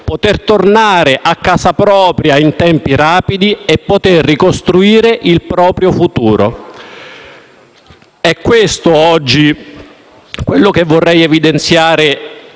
persone: tornare a casa propria in tempi rapidi e ricostruire il proprio futuro. È questo quello che oggi vorrei evidenziare